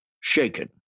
shaken